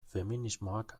feminismoak